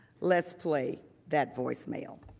let's play that voicemail.